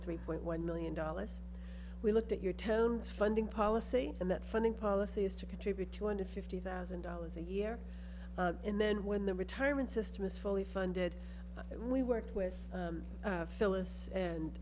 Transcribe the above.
three point one million dollars we looked at your turns funding policy and that funding policy is to contribute two hundred fifty thousand dollars a year in then when the retirement system is fully funded we worked with phyllis